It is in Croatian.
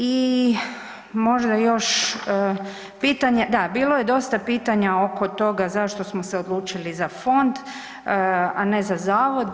I možda još, da bilo je dosta pitanja oko toga zašto smo se odlučili za fond, a ne za zavod.